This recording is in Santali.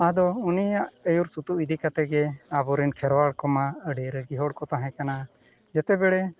ᱟᱫᱚ ᱩᱱᱤᱭᱟᱜ ᱟᱹᱭᱩᱨ ᱥᱩᱛᱩᱜ ᱤᱫᱤ ᱠᱟᱛᱮᱫ ᱜᱮ ᱟᱵᱚ ᱨᱮᱱ ᱠᱷᱮᱨᱣᱟᱲ ᱠᱚᱢᱟ ᱟᱹᱰᱤ ᱨᱟᱹᱜᱤ ᱦᱚᱲ ᱠᱚ ᱛᱟᱦᱮᱸ ᱠᱟᱱᱟ ᱡᱟᱛᱮ ᱵᱟᱲᱮ